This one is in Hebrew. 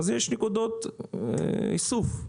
אז יש נקודות איסוף,